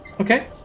okay